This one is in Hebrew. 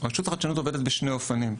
רשות החדשנות עובדת בשני אופנים: